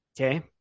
Okay